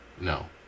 No